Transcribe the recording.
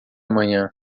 amanhã